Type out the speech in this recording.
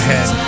Head